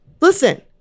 listen